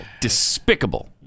Despicable